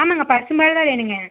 ஆமாங்க பசும்பால் தான் வேணுங்க